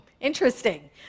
interesting